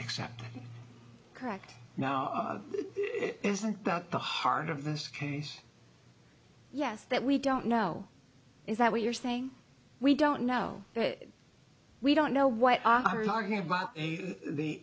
accept correct now isn't that the heart of this case yes that we don't know is that what you're saying we don't know but we don't know what i'm talking about the